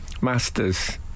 master's